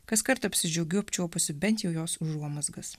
kaskart apsidžiaugiu apčiuopusi bent jau jos užuomazgas